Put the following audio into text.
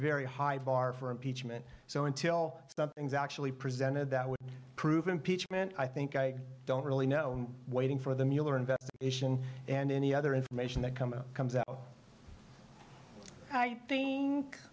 very high bar for impeachment so until things actually presented that would prove impeachment i think i don't really know waiting for the mueller investigation and any other information that come comes out thin